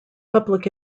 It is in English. public